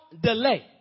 delay